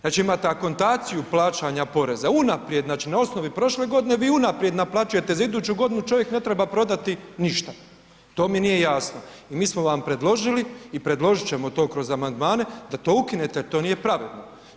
Znači imate akontaciju plaćanja poreza, unaprijed znači na osnovi prošle godine vi unaprijed naplaćujete za iduću godinu, čovjek ne treba prodati ništa, to mi nije jasno i mi smo vam predložili i predložit ćemo to kroz amandmane da to ukinete jer to nije pravedno.